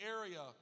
area